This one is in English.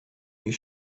you